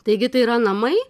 taigi tai yra namai